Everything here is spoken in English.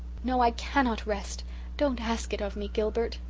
no, i cannot rest don't ask it of me, gilbert.